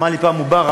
אמר לי פעם מובארק,